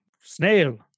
snail